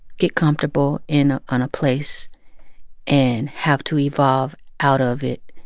get comfortable in on a place and have to evolve out of it,